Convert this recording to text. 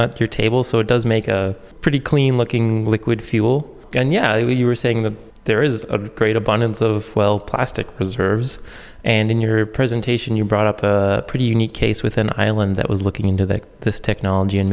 your table so it does make a pretty clean looking liquid fuel then yeah you are saying that there is a great abundance of well plastic preserves and in your presentation you brought up a pretty unique case with an island that was looking into that this technology and